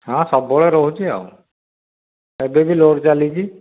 ହଁ ସବୁବେଳେ ରହୁଛି ଆଉ ଏବେ ବି ଲୋଡ଼ ଚାଲିଛି